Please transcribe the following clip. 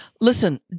Listen